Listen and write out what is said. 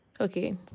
okay